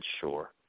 sure